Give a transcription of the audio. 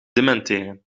dementeren